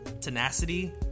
tenacity